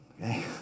Okay